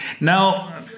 Now